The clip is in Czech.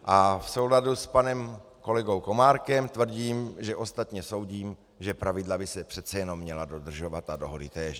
V souladu s panem kolegou Komárkem tvrdím, že ostatně soudím, že pravidla by se přece jenom měla dodržovat a dohody též.